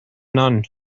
none